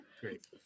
great